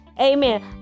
Amen